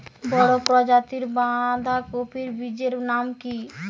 বড় প্রজাতীর বাঁধাকপির বীজের নাম কি?